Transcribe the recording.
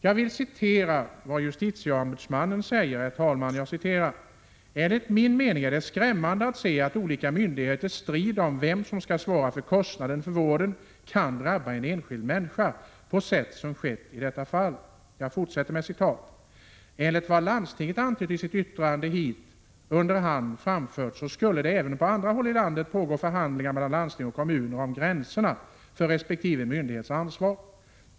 Jag vill citera vad JO skriver: ”Enligt min mening är det skrämmande att se att olika myndigheters strid om vem som skall svara för kostnaden för vården kan drabba en enskild människa på sätt som skett i detta fall.” Och JO fortsätter: ”Enligt vad landstinget antytt i sitt yttrande hit och under hand framfört skulle det även på andra håll i landet pågå förhandlingar mellan landsting och kommuner om gränserna för resp. myndighets ansvar.